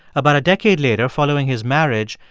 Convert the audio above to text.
about a decade later, following his marriage,